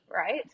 Right